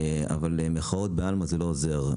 אבל מחאות בעלמא זה לא עוזר.